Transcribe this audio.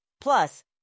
Plus